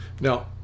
Now